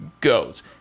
goes